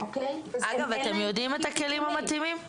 אגב, אתך יודעים את הכלים המתאימים?